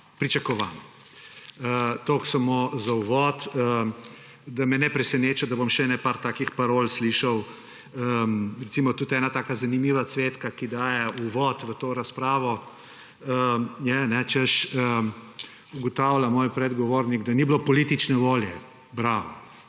pričakovano. Toliko samo za uvod, da me ne preseneča, da bom še par takih parol slišal. Recimo, tudi ena taka zanimiva cvetka, ki daje uvod v to razpravo, je, ugotavlja moj predgovornik, češ da ni bilo politične volje. Bravo,